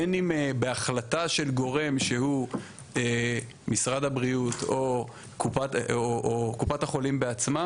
בין אם בהחלטה של גורם שהוא משרד הבריאות או קופת החולים בעצמה,